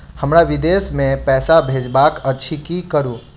हमरा विदेश मे पैसा भेजबाक अछि की करू?